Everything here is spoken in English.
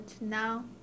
now